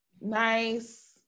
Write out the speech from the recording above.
nice